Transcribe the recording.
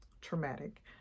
traumatic